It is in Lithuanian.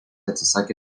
atsisakė